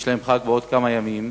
יש להם חג בעוד כמה ימים.